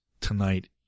tonight